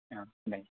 आं बै